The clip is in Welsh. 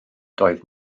doedd